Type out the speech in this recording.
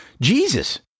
Jesus